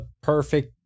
perfect